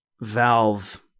Valve